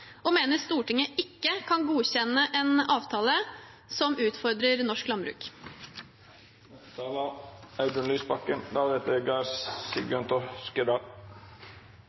og mener Stortinget ikke kan godkjenne en avtale som utfordrer norsk landbruk.